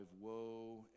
woe